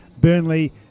Burnley